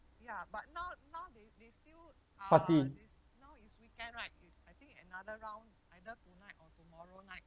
party